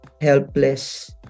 helpless